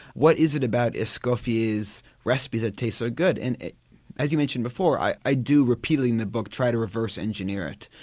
what is it about escoffier's recipes that taste so good? and as you mentioned before i i do repeatedly in the book try to reverse engineer it,